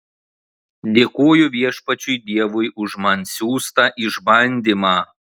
dėkoju viešpačiui dievui už man siųstą išbandymą